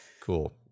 Cool